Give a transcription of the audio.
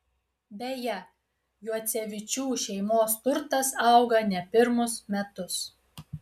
beje juocevičių šeimos turtas auga ne pirmus metus